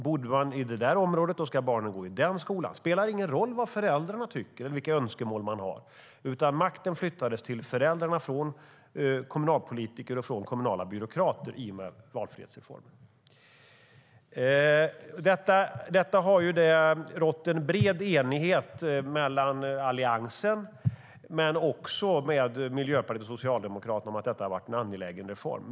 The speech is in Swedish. Bor man i det området ska barnen gå i den skolan - det spelar ingen roll vad föräldrarna tycker eller vilka önskemål de har. Makten flyttades till föräldrarna från kommunalpolitiker och kommunala byråkrater i och med valfrihetsreformen. Det har rått bred enighet mellan Alliansen, Miljöpartiet och Socialdemokraterna om att detta har varit en angelägen reform.